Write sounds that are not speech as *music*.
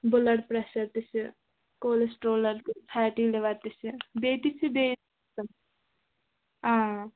blood pressure تہِ چھِ کولِسٹرٛولَر تہِ فیٹی لِوَر تہِ چھِ بیٚیہِ تہِ چھِ بیٚیہِ *unintelligible* اۭں